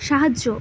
সাহায্য